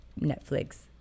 Netflix